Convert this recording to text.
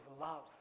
love